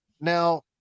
Now